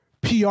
PR